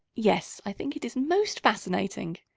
yes, i think it's most fascinating.